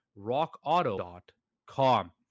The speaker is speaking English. RockAuto.com